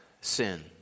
sin